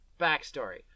Backstory